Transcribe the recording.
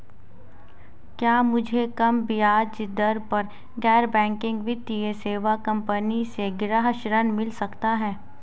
क्या मुझे कम ब्याज दर पर गैर बैंकिंग वित्तीय सेवा कंपनी से गृह ऋण मिल सकता है?